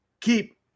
Keep